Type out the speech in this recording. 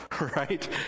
right